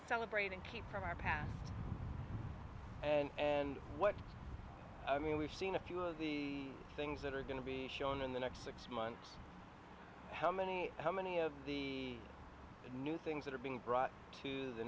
celebrate and keep from our past and what i mean we've seen a few of the things that are going to be shown in the next six months how many how many of the new things that are being brought to the